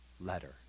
letter